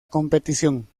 competición